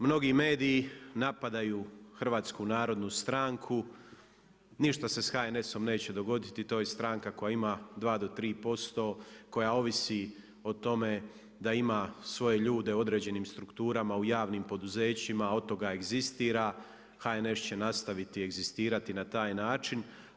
Mnogi mediji napadaju HNS, ništa se s HNS-om neće dogoditi, to je stranka koja ima 2 do 3% koja ovisi o tome da ima svoje ljude u određenim strukturama u javnim poduzećima, od toga egzistira, HNS će nastaviti egzistirati na taj način.